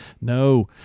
no